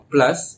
Plus